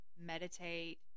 meditate